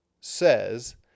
says